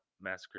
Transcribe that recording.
massacre